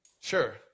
Sure